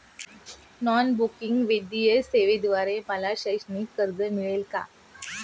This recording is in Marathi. नॉन बँकिंग वित्तीय सेवेद्वारे मला शैक्षणिक कर्ज मिळेल का?